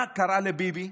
מה קרה לביבי,